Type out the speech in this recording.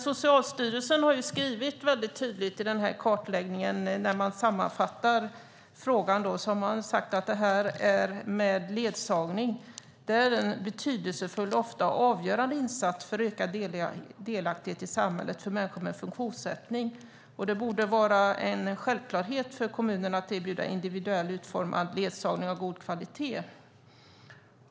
Socialstyrelsen har skrivit tydligt i sin sammanfattning i kartläggningen att ledsagning är en betydelsefull och ofta avgörande insats för ökad delaktighet i samhället för människor med funktionsnedsättning. Man skriver också att det borde vara en självklarhet för kommuner att erbjuda individuellt utformad ledsagning av god kvalitet.